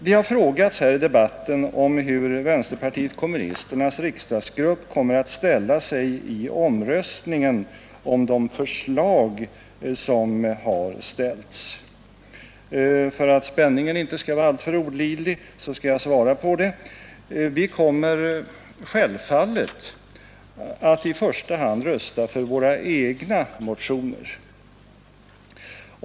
Det har frågats här i debatten, hur vänsterpartiet kommunisternas riksdagsgrupp kommer att ställa sig i omröstningen om de förslag som har framställts. För att spänningen inte skall vara alltför olidlig skall jag svara på det. Vi kommer självfallet att i första hand rösta för våra egna motioner.